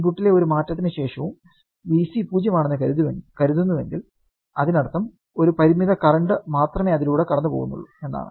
ഇൻപുട്ടിലെ ഒരു മാറ്റത്തിനു ശേഷവും Vc 0 ആണെന്ന് കരുതുന്നുവെങ്കിൽ അതിനർത്ഥം ഒരു പരിമിത കറന്റ് മാത്രമേ അതിലൂടെ കടന്നുപോകുന്നുള്ളൂ എന്നാണ്